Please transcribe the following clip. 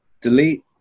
Delete